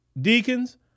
deacons